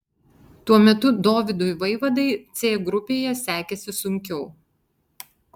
tuo metu dovydui vaivadai c grupėje sekėsi sunkiau